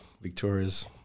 Victoria's